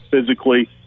physically